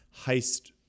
heist